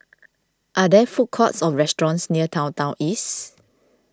are there food courts or restaurants near Downtown East